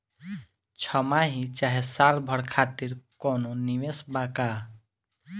छमाही चाहे साल भर खातिर कौनों निवेश बा का?